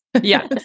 Yes